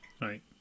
Right